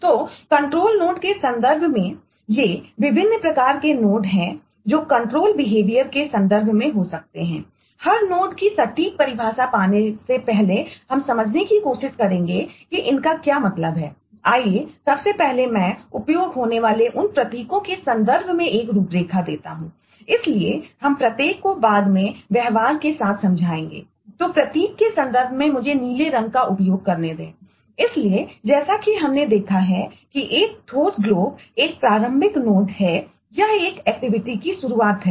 तो control node की शुरुआत है